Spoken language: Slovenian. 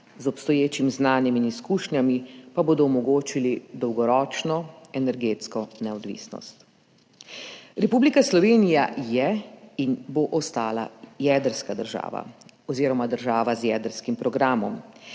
z obstoječim znanjem in izkušnjami pa bodo omogočili dolgoročno energetsko neodvisnost. Republika Slovenija je in bo ostala jedrska država oziroma država z jedrskim programom,